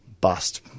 bust